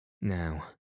Now